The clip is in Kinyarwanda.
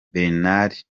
bernard